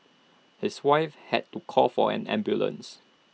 his wife had to call for an ambulance